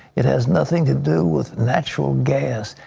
it has nothing to do with natural gas.